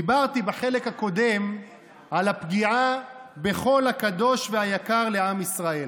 דיברתי בחלק הקודם על הפגיעה בכל הקדוש והיקר לעם ישראל,